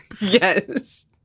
Yes